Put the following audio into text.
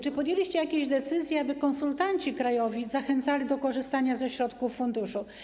Czy podjęliście jakieś decyzje, aby konsultanci krajowi zachęcali do korzystania ze środków funduszu?